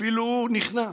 אפילו הוא נכנע.